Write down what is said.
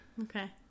Okay